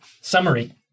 Summary